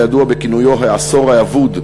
הידוע בכינויו 'העשור האבוד',